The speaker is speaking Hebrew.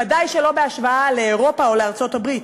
ודאי שלא בהשוואה לאירופה או לארצות-הברית.